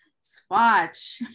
swatch